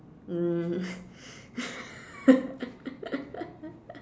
um